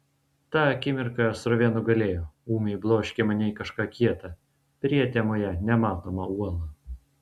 tą akimirką srovė nugalėjo ūmiai bloškė mane į kažką kieta prietemoje nematomą uolą